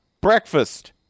breakfast